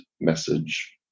message